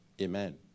Amen